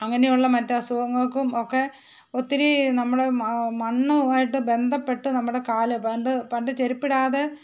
അങ്ങനെയുള്ള മറ്റ് അസുഖങ്ങൾക്കും ഒക്കെ ഒത്തിരി നമ്മൾ മണ്ണുമായിട്ട് ബന്ധപ്പെട്ട് നമ്മുടെ കാല് പണ്ട് പണ്ട് ചെരുപ്പ് ഇടാതെ